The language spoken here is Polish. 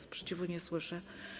Sprzeciwu nie słyszę.